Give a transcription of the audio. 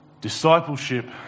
Discipleship